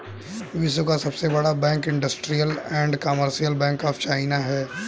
विश्व का सबसे बड़ा bank industrial and commercial bank of China है